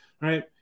right